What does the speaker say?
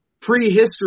prehistory